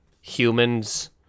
humans